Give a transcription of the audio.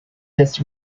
this